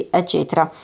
eccetera